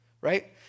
Right